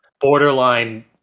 borderline